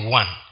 one